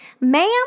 ma'am